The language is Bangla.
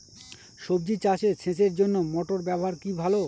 সবজি চাষে সেচের জন্য মোটর ব্যবহার কি ভালো?